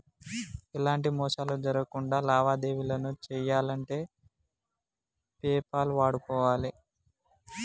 ఎలాంటి మోసాలు జరక్కుండా లావాదేవీలను చెయ్యాలంటే పేపాల్ వాడుకోవాలే